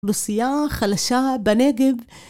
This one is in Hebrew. אוכלוסייה חלשה בנגב